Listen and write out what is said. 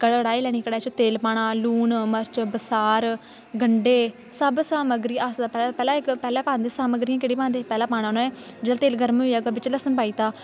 कढ़ाई लैनी कढ़ाई च तेल पाना लून मर्च बसार गंडे सब समग्री आस्ता आस्ता पाओ पैह्ले समग्री केह्ड़ी पांदे पैह्ले पाना उ'नें जिसलै तेल गर्म होइया बिच्च लसन पाई दित्ता